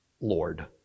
Lord